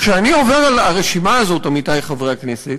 כשאני עובר על הרשימה הזאת, עמיתי חברי הכנסת,